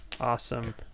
awesome